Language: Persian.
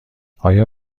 آیا